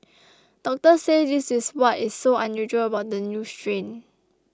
doctors said this is what is so unusual about the new strain